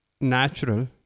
natural